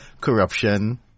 Corruption